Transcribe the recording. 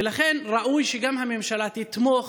ולכן ראוי שהממשלה תתמוך